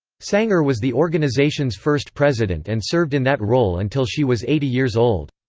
sanger was the organization's first president and served in that role until she was eighty years old.